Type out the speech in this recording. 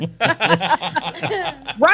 Right